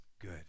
good